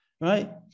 right